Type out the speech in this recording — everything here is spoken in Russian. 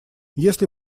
если